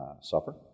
suffer